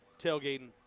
Tailgating